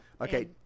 Okay